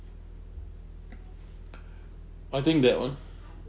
I think that [one]